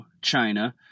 China